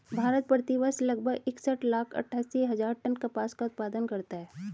भारत, प्रति वर्ष लगभग इकसठ लाख अट्टठासी हजार टन कपास का उत्पादन करता है